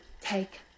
take